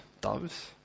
doves